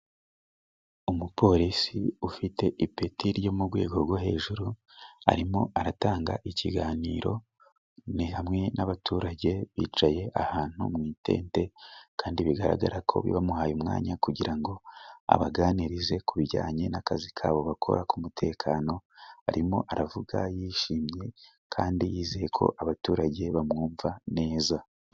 Umupolisi ufite ipeti ryo mu rwego rwo hejuru, arimo aratanga ikiganiro, ni hamwe n'abaturage bicaye ahantu mu itente, kandi bigaragara ko bamuhaye umwanya kugira ngo abaganirize ku bijyanye n'akazi kabo bakora k'umutekano, arimo aravuga yishimye kandi yizeye ko abaturage bamwumva neza.